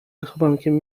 wychowankiem